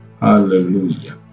Hallelujah